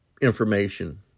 information